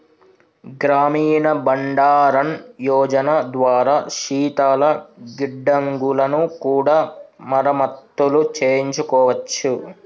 గ్రామీణ బండారన్ యోజన ద్వారా శీతల గిడ్డంగులను కూడా మరమత్తులు చేయించుకోవచ్చు